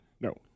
no